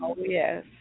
yes